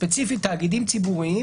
ספציפית תאגידים ציבוריים,